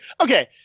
okay